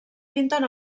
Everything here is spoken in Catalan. pinten